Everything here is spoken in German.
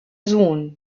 sohn